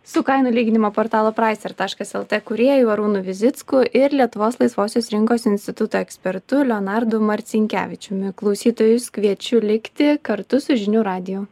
su kainų lyginimo portalo pricer taškas lt kūrėju arūnu vizicku ir lietuvos laisvosios rinkos instituto ekspertu leonardu marcinkevičiumi klausytojus kviečiu likti kartu su žinių radiju